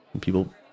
people